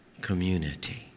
community